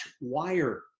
wire